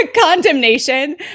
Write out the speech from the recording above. condemnation